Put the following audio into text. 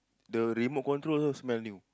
the remote control also smell new